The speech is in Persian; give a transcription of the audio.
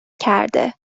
کرده